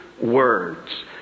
words